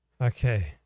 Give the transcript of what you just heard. Okay